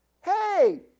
Hey